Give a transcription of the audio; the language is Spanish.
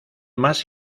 más